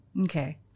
Okay